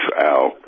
out